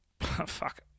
fuck